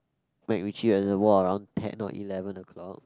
MacRitchie Reservoir around ten or eleven o-clock